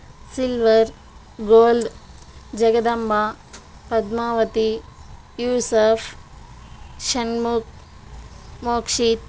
silver gold Jagadamba Padmavathi Yusuf Shanmukh Mokshith